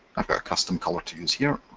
i've got a custom color to use here,